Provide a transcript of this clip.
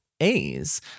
A's